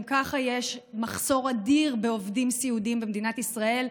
גם ככה יש מחסור אדיר בעובדים סיעודיים במדינת ישראל,